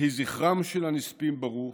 יהי זכרם של הנספים ברוך,